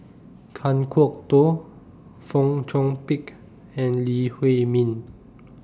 Kan Kwok Toh Fong Chong Pik and Lee Huei Min